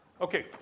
Okay